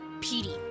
Petey